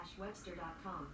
Webster.com